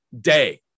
day